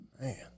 Man